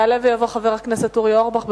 יעלה ויבוא חבר הכנסת אורי אורבך.